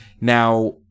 Now